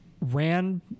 ran